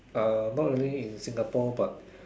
uh not really in Singapore but